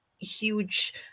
huge